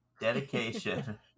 dedication